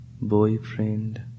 boyfriend